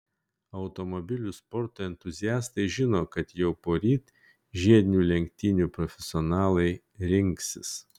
automobilių sporto entuziastai žino kad jau poryt žiedinių lenktynių profesionalai rinksis